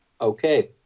okay